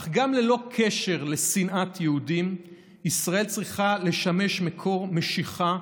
אך גם ללא קשר לשנאת יהודים ישראל צריכה לשמש מקור משיכה,